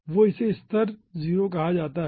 तो इसे स्तर 0 कहा जाता है